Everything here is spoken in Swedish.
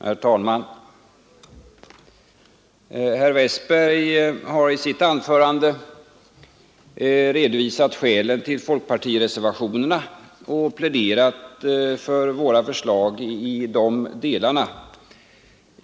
Herr talman! Herr Westberg i Ljusdal har i sitt anförande redovisat skälen till folkpartireservationerna och pläderat för våra förslag i de delarna.